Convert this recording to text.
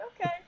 okay